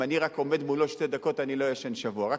אם אני רק עומד מולו שתי דקות אני לא ישן שבוע,